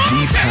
Deep